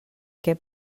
què